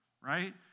right